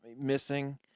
missing